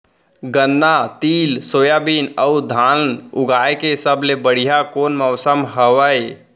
गन्ना, तिल, सोयाबीन अऊ धान उगाए के सबले बढ़िया कोन मौसम हवये?